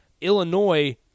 Illinois